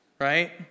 right